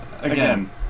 again